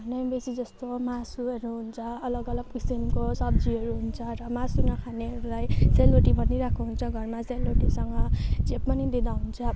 बेसी जस्तो मासुहरू हुन्छ अलग अलग किसिमको सब्जीहरू हुन्छ र मासु नखानेहरूलाई सेलरोटी पाकिरहेको हुन्छ घरमा सेलरोटीसँग जे पनि दिँदा हुन्छ